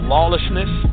Lawlessness